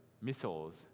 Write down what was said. missiles